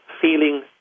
feeling